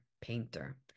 painter